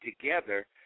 together